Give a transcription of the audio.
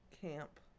Camp